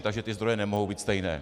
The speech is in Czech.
Takže ty zdroje nemohou být stejné.